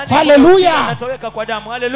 Hallelujah